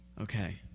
Okay